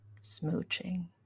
smooching